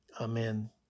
Amen